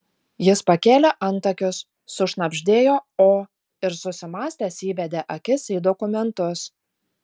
jis pakėlė antakius sušnabždėjo o ir susimąstęs įbedė akis į dokumentus